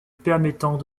permettant